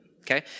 okay